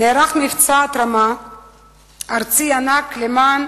נערך מבצע התרמה ארצי ענק למען